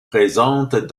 présentes